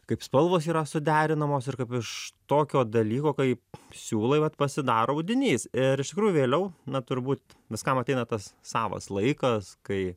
kaip spalvos yra suderinamos ir kaip iš tokio dalyko kaip siūlai vat pasidaro audinys ir iš tikrųjų vėliau na turbūt viskam ateina tas savas laikas kai